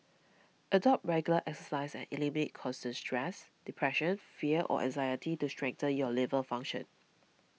adopt regular exercise and eliminate constant stress depression fear or anxiety to strengthen your liver function